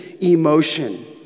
emotion